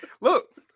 Look